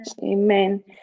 Amen